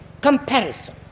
comparison